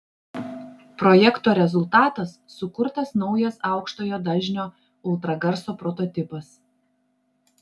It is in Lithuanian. projekto rezultatas sukurtas naujas aukštojo dažnio ultragarso prototipas